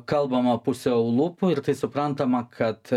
kalbama puse lūpų ir tai suprantama kad